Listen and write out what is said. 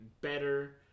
better